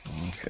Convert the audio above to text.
Okay